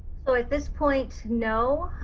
so at this point no.